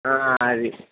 అది